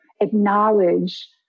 acknowledge